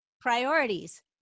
Priorities